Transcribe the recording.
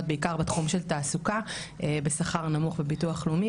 בעיקר בתחום של תעסוקה בשכר נמוך וביטוח לאומי.